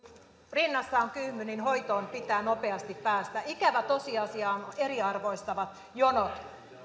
rinnassa on kyhmy niin hoitoon pitää nopeasti päästä ikävä tosiasia on eriarvoistavat jonot